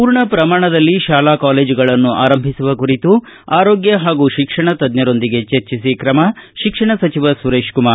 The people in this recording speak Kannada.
ಪೂರ್ಣ ಪ್ರಮಾಣದಲ್ಲಿ ಶಾಲಾ ಕಾಲೇಜುಗಳನ್ನು ಆರಂಭಿಸುವ ಕುರಿತು ಆರೋಗ್ಯ ಹಾಗೂ ಶಿಕ್ಷಣ ತಜ್ಜರೊಂದಿಗೆ ಚರ್ಚಿಸಿ ಕ್ರಮ ಶಿಕ್ಷಣ ಸಚಿವ ಸುರೇಶ್ಕುಮಾರ್